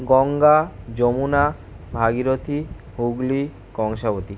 Ganga Yamuna Bhagirathi Hooghly Kangsabati